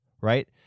right